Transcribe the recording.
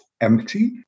empty